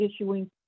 issuing